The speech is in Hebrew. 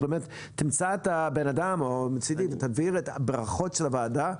אז באמת, תמצא את האדם ותעביר את ברכות הוועדה.